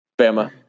Bama